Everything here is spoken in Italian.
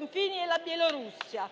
confini con la Bielorussia,